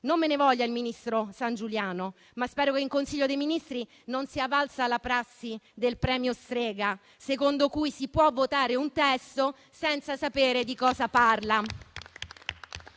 Non me ne voglia il ministro Sangiuliano, ma spero che in Consiglio dei ministri non sia valsa la prassi del premio Strega, secondo cui si può votare un testo senza sapere di cosa parla.